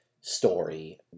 story